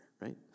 right